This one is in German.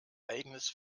eigenes